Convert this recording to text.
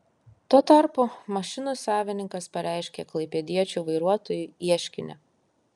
tuo tarpu mašinų savininkas pareiškė klaipėdiečiui vairuotojui ieškinį